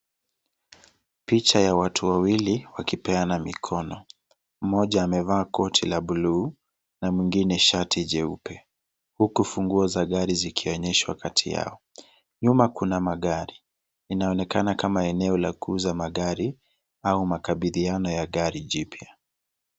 Picha ya watu wawili wakipeana mikono mmoja amevaa koti la buluu na mwingine shati jeupe huku funguo za gari zikionyeshwa kati yao nyuma kuna magari inaonekana kama eneo la kuuza magari au makabidhiano ya gari jipya.